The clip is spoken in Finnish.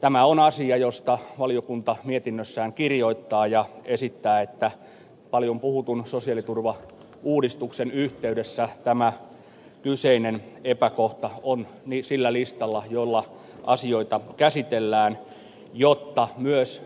tämä on asia josta valiokunta mietinnössään kirjoittaa ja esittää että paljon puhutun sosiaaliturvauudistuksen yhteydessä tämä kyseinen epäkohta on sillä listalla jolla asioita käsitellään jotta myös